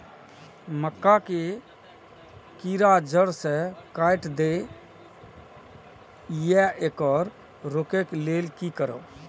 मक्का के कीरा जड़ से काट देय ईय येकर रोके लेल की करब?